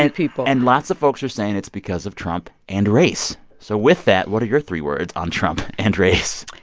and people. yeah. and lots of folks are saying it's because of trump and race. so with that, what are your three words on trump and race?